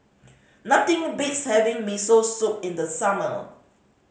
nothing beats having Miso Soup in the summer